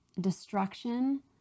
destruction